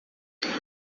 homem